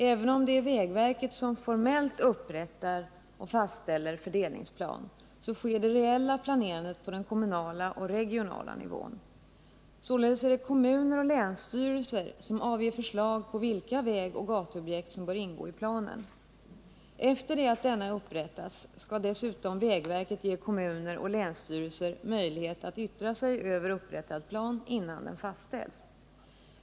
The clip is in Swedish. Även om det är vägverket som formellt upprättar och fastställer fördelningsplan sker det reella planerandet på den kommunala och regionala nivån. Således är det kommuner och länsstyrelser som avger förslag på vilka vägoch gatuobjekt som bör ingå i planen. Efter det att denna upprättats skall dessutom vägverket ge kommuner och länsstyrelser möjlighet att yttra sig över upprättad plan innan den fastställs.